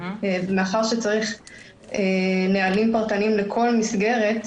מאחר וצריך נהלים פרטניים לכל מסגרת,